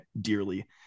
dearly